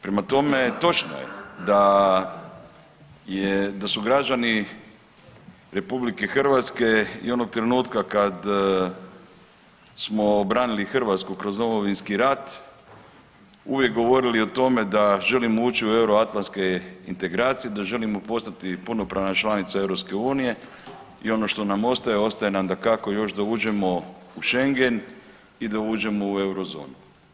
Prema tome, točno je da su građani Republike Hrvatske i onog trenutka kad smo obranili Hrvatsku kroz Domovinski rat uvijek govorili o tome da želimo ući u euroatlantske integracije, da želimo postati punopravna članica EU i ono što nam ostaje, ostaje nam dakako još da uđemo u Schengen i da uđemo u euro zonu.